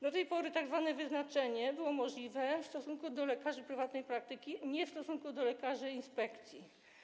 Do tej pory tzw. wyznaczenie było możliwe w stosunku do lekarzy prywatnej praktyki, a nie w stosunku do lekarzy inspekcji.